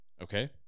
Okay